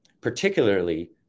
particularly